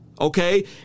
okay